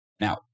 Now